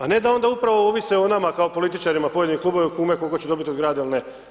A ne da onda upravo ovise o nama kao političarima pojedinih klubova i kume koliko će dobiti od grada ili ne.